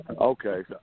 okay